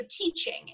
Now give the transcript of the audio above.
teaching